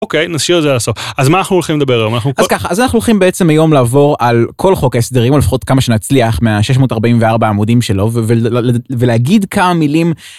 אוקיי נשאיר את זה לסוף, אז מה אנחנו הולכים לדבר היום? אנחנו אז ככה אז אנחנו הולכים בעצם היום לעבור על כל חוק ההסדרים לפחות כמה שנצליח מה 644 עמודים שלו ולהגיד כמה מילים